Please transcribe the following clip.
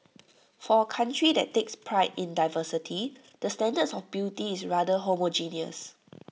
for A country that takes pride in diversity the standards of beauty is rather homogeneous